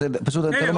זכאי ללמוד במבנה נאות,